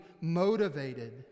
motivated